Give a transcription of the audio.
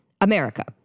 America